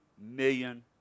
million